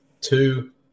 two